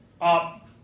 up